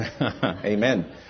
Amen